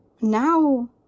now